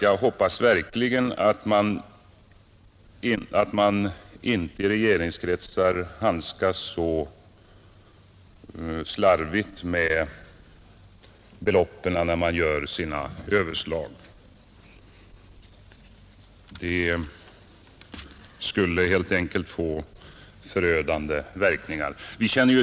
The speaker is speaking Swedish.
Jag hoppas verkligen att man i regeringskretsar inte alltid handskas så slarvigt med beloppen, när man gör sina överslag. Det skulle helt enkelt få förödande verkningar.